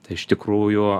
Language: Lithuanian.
tai iš tikrųjų